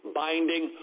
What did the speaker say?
binding